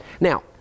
Now